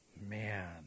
Man